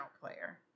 player